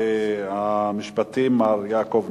אם כך,